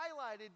highlighted